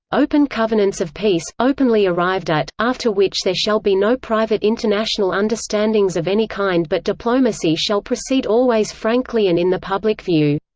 open covenants of peace, openly arrived at, after which there shall be no private international understandings of any kind but diplomacy shall proceed always frankly and in the public view.